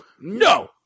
no